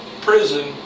prison